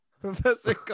Professor